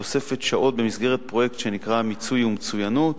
תוספת שעות במסגרת פרויקט שנקרא "מיצוי ומצוינות".